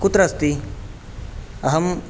कुत्र अस्ति अहं